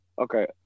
Okay